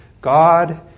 God